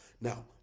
Now